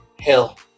hell